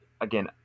again